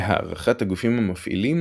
להערכת הגופים המפעילים,